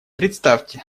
представьте